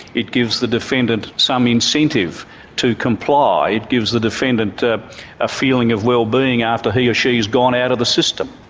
it gives the defendant some incentive to comply, it gives the defendant a ah feeling of wellbeing after he or she has gone out of the system,